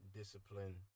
discipline